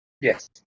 Yes